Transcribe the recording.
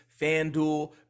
FanDuel